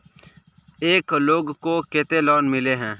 एक लोग को केते लोन मिले है?